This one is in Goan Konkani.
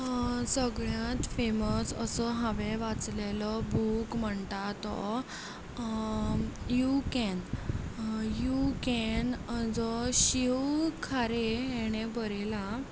सगल्यांत फेमस असो हांवें वाचलेलो बूक म्हणटा तो यू कॅन यू कॅन म्हणटा तो शीव खारे हेणें बरयला